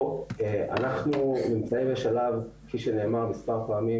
אנחנו נמצאים בשלב כפי שנאמר מספר פעמים